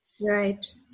Right